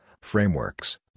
frameworks